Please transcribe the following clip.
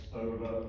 over